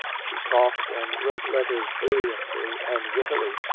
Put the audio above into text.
she talked and wrote letters brilliantly and wittily,